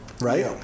Right